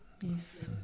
Yes